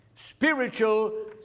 Spiritual